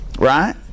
Right